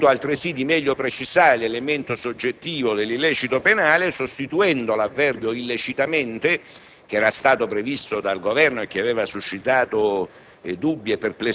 Si è ritenuto altresì di meglio precisare l'elemento soggettivo dell'illecito penale, sostituendo l'avverbio «illecitamente», che era stato previsto dal Governo e che aveva suscitato